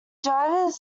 drivers